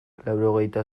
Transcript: laurogehita